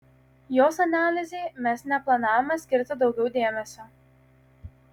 jos analizei mes neplanavome skirti daugiau dėmesio